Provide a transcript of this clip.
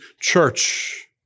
church